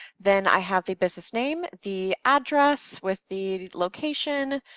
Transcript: then i have the business name, the address, with the location,